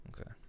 Okay